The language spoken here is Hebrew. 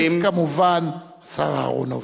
כמובן השר אהרונוביץ.